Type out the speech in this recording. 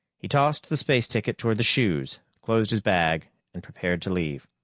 he tossed the space ticket toward the shoes, closed his bag, and prepared to leave.